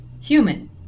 human